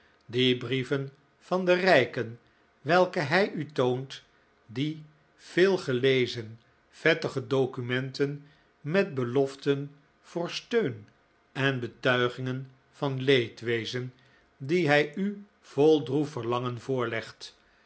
die brieven van de rijken welke hij u toont die veelgelezen vettige documenten met beloften voor steun en betuigingen van leedwezen die hij u vol droef verlangen voorlegt